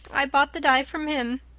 i bought the dye from him.